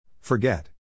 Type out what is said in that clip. Forget